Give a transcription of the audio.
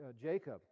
Jacob